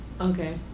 Okay